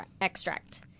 extract